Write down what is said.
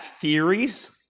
theories